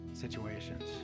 situations